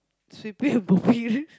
sweeping~ and mopping